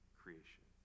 creation